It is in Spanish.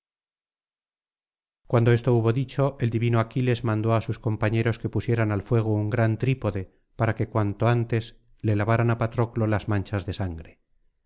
cuando esto hubo dicho el divino aquiles mandó á sus compañeros que pusieran al fuego un gran trípode para que cuanto antes le lavaran á patroclo las manchas de sangre